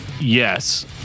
yes